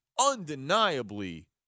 undeniably